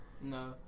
No